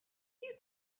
you